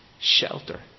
shelter